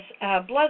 blood